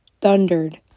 thundered